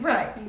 Right